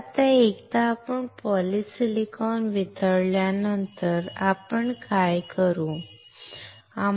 तर आता एकदा आपण पॉलिसिलिकॉन वितळल्यानंतर आपण काय करू